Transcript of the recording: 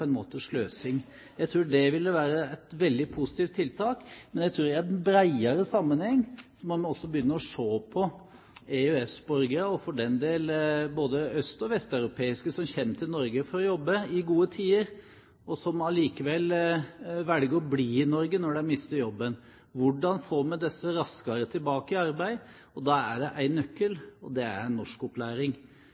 en måte sløsing. Jeg tror det ville være et veldig positivt tiltak hvis vi i en bredere sammenheng også begynner å se på EØS-borgere, og for den del både øst- og vesteuropeere, som kommer til Norge for jobbe i gode tider, og som allikevel velger å bli i Norge når de mister jobben: Hvordan får vi disse raskere tilbake i arbeid? Da er det én nøkkel, og det er norskopplæring.